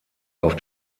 auf